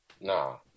nah